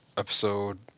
Episode